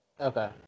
Okay